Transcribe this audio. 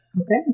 Okay